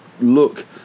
look